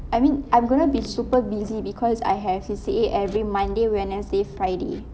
I mean I'm going to be super busy because I have C_C_A every monday wednesday friday